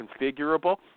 configurable